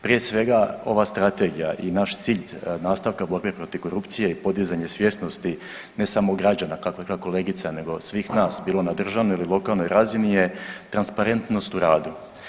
Prije svega ova strategija i naš cilj nastavka borbe protiv korupcije i podizanje svjesnosti ne samo građana kako je rekla kolegica nego svih nas bilo na državnoj ili lokalnoj razini je transparentnost u radu.